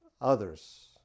Others